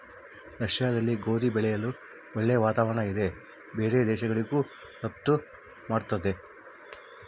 ರಷ್ಯಾದಲ್ಲಿ ಗೋಧಿ ಬೆಳೆಯಲು ಒಳ್ಳೆ ವಾತಾವರಣ ಇದೆ ಬೇರೆ ದೇಶಗಳಿಗೂ ರಫ್ತು ಮಾಡ್ತದೆ